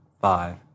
five